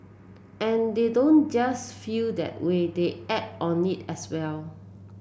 and they don't just feel that way they act on it as well